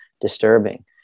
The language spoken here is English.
disturbing